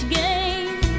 game